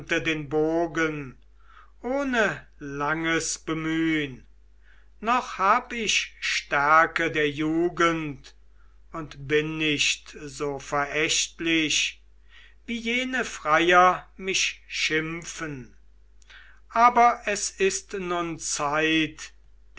den bogen ohne langes bemühn noch hab ich stärke der jugend und bin nicht so verächtlich wie jene freier mich schimpfen aber es ist nun zeit